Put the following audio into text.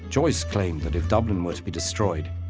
joyce claimed that if dublin were to be destroyed,